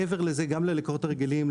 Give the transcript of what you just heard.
מעבר לזה גם ללקוחות הרגילים,